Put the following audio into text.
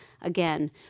Again